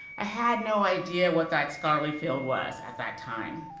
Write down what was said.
i had no idea what that scholarly field was at that time.